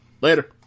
Later